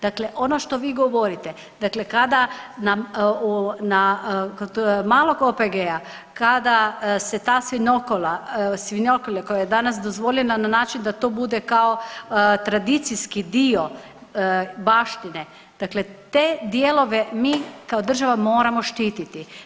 Dakle ono što vi govorite, dakle kada nam na, kod malog OPG-a, kada se ta svinjokolja koja je danas dozvoljena na način da to bude kao tradicijski dio baštine, dakle te dijelove mi kao država moramo štititi.